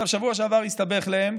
בשבוע שעבר הסתבך להם,